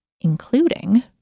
including